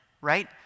right